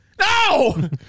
No